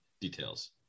details